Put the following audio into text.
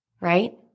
right